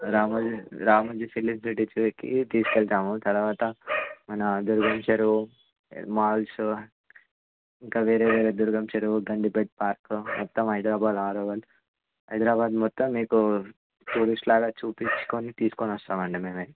Ramoji Ramoji film సిటీకి చూడటానికి తీసుకెళతాము తరువాత మన అగ్రికల్చర్ మాల్స్ ఇంకా వేరే వేరే దుర్గం చెరువు గండిపేట్ పార్క్ మొత్తం హైదరాబాద్ ఆల్ ఓవర్ హైదరాబాద్ మొత్తం మీకు టూరిస్ట్లాగా చూపించుకొని తీసుకొని వస్తాము అండి మేమే